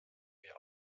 wir